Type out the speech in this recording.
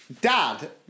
Dad